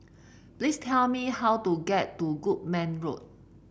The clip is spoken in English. please tell me how to get to Goodman Road